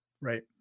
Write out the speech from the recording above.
right